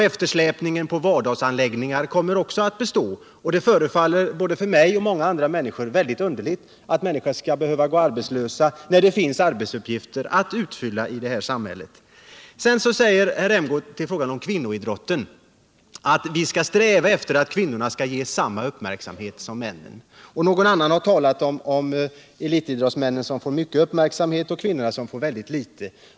Eftersläpningen på vardagsanläggningar kommer också att bestå, och det förefaller både mig och många andra underligt att människor skall behöva gå arbetslösa när det finns arbetsuppgifter att utföra i det här samhället. Sedan säger herr Rämgård beträffande kvinnoidrotten att vi skall sträva efter att kvinnorna skall ges samma uppmärksamhet som männen. Någon annan har talat om elitidrottsmännen som får mycket uppmärksamhet och kvinnorna som får väldigt litet.